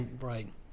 right